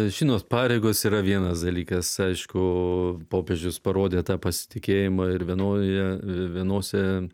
žinot pareigos yra vienas dalykas aišku popiežius parodė tą pasitikėjimą ir vienoje vienose